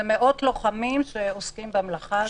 מאות לוחמים עוסקים במלאכה הזאת.